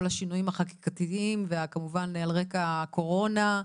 השינויים החקיקתיים וכמובן על רקע הקורונה,